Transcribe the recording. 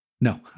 No